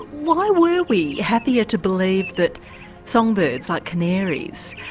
why were we happier to believe that songbirds, like canaries,